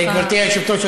גברתי היושבת-ראש,